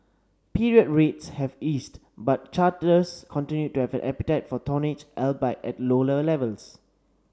period rates have eased but charterers continued to have an appetite for tonnage albeit at lower levels